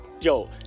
yo